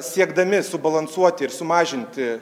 siekdami subalansuoti ir sumažinti